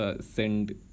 send